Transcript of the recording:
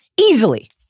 easily